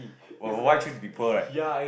w~ why choose to be poor right